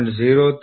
ಆದ್ದರಿಂದ ಇದು 25